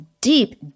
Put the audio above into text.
deep